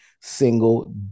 single